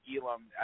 Elam